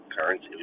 currency